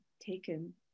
taken